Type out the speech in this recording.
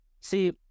see